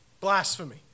Blasphemy